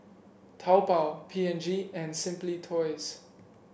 Taobao P and G and Simply Toys